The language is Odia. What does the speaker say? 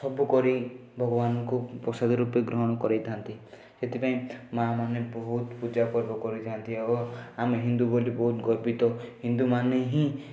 ସବୁ କରି ଭଗବାନଙ୍କୁ ପ୍ରସାଦ ରୂପେ ଗ୍ରହଣ କରେଇଥାନ୍ତି ସେଥିପାଇଁ ମା' ମାନେ ବହୁତ ପୂଜାପର୍ବ କରିଥାନ୍ତି ଆଉ ଆମେ ହିନ୍ଦୁ ବୋଲି ବହୁତ ଗର୍ବିତ ହିନ୍ଦୁମାନେ ହିଁ